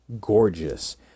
gorgeous